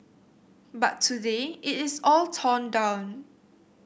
but today it is all torn down